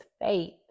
faith